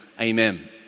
amen